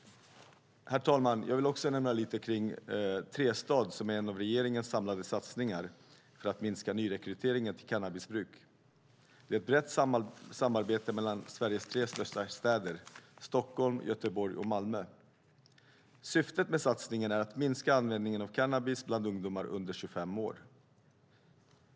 Herr talman! Jag vill också nämna lite kring Trestad, som är en av regeringens samlade satsningar för att minska nyrekrytering till cannabisbruk. Det är ett brett samarbete mellan Sveriges tre största städer, det vill säga Stockholm, Göteborg och Malmö. Syftet med satsningen är att minska användningen av cannabis bland ungdomar under 25 år.